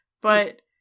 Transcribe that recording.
But-